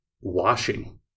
washing